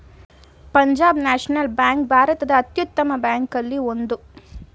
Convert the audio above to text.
Punjab national bank ಭಾರತದ ಅತ್ಯುತ್ತಮ ಬ್ಯಾಂಕಲ್ಲಿ ಒಂದು